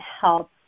help